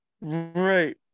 Right